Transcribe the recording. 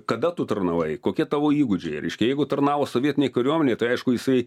kada tu tarnavai kokie tavo įgūdžiai reiškia jeigu tarnavo sovietinėj kariuomenėj tai aišku jisai